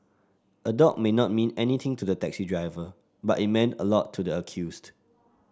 a dog may not mean anything to the taxi driver but it meant a lot to the accused